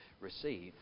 receive